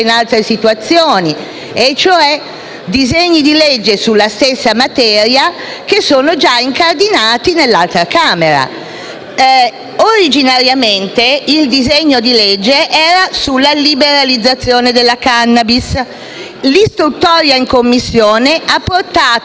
disegni di legge sulla stessa materia che sono già incardinati nell'altra Camera. Originariamente, il disegno di legge riguardava la liberalizzazione della *cannabis;* l'istruttoria in Commissione ha portato a circoscrivere il tema